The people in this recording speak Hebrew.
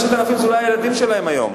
5,000 זה אולי רק הילדים שלהם היום.